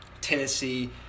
Tennessee